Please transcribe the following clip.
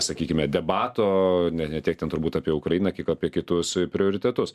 sakykime debato ne ne tiek ten turbūt apie ukrainą kiek apie kitus prioritetus